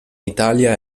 italia